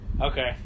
okay